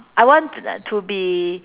I want uh to be